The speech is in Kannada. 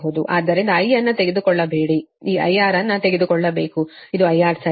ಆದ್ದರಿಂದ I ಯನ್ನು ತೆಗೆದುಕೊಳ್ಳಬೇಡಿ ಈ IR ಅನ್ನು ತೆಗೆದುಕೊಳ್ಳಬೇಕು ಇದು IR ಸರಿನಾ